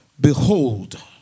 Behold